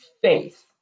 faith